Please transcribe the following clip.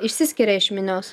išsiskiria iš minios